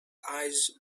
eyes